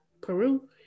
Peru